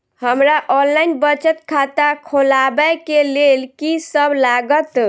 हमरा ऑनलाइन बचत खाता खोलाबै केँ लेल की सब लागत?